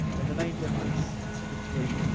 and the main difference between,